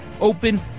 open